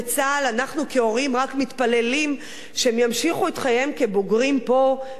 אנחנו כהורים רק מתפללים שהם ימשיכו את חייהם כבוגרים פה בארץ,